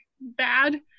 bad